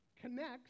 connects